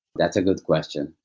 that's a good question.